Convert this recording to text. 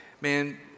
Man